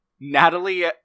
Natalie